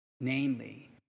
Namely